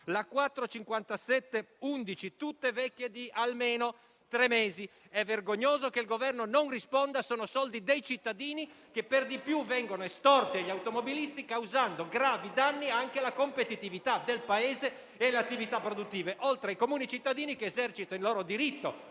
finestra"), tutte vecchie di almeno tre mesi. È vergognoso che il Governo non risponda, sono soldi dei cittadini che per di più vengono estorti agli automobilisti, causando gravi danni anche alla competitività del Paese e alle attività produttive oltre ai comuni cittadini, che esercitano il loro diritto